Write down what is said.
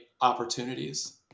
opportunities